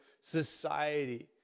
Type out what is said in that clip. society